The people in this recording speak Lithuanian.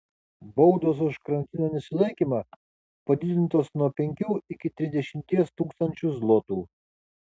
baudos už karantino nesilaikymą padidintos nuo penkių iki trisdešimties tūkstančių zlotų